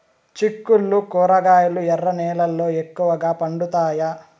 చిక్కుళ్లు కూరగాయలు ఎర్ర నేలల్లో ఎక్కువగా పండుతాయా